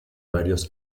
varios